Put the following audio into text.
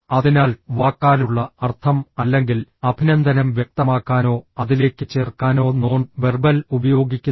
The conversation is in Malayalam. അതിനാൽ വാക്കാലുള്ള അർത്ഥം അല്ലെങ്കിൽ അഭിനന്ദനം വ്യക്തമാക്കാനോ അതിലേക്ക് ചേർക്കാനോ നോൺ വെർബൽ ഉപയോഗിക്കുന്നു